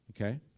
Okay